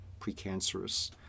precancerous